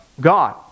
God